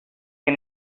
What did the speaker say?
can